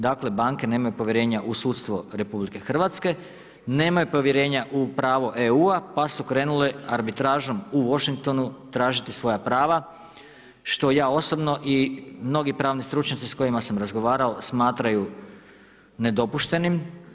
Dakle, banke nemaju povjerenja u sudstvo RH, nemaju povjerenja u pravo EU-a pa su krenule arbitražom u Washingtonu tražiti svoja prava što ja osobno i mnogi pravni stručnjaci s kojima sam razgovarao, smatraju nedopuštenim.